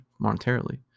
monetarily